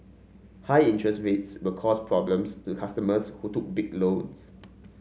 high interest rates will cause problems to customers who took big loans